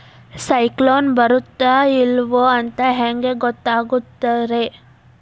ಸೈಕ್ಲೋನ ಬರುತ್ತ ಇಲ್ಲೋ ಅಂತ ಹೆಂಗ್ ಗೊತ್ತಾಗುತ್ತ ರೇ?